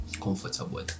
comfortable